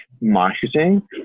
marketing